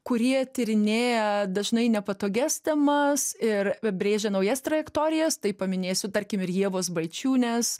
kurie tyrinėja dažnai nepatogias temas ir brėžia naujas trajektorijas tai paminėsiu tarkim ir ievos balčiūnės